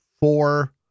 Four